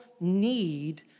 need